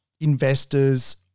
investors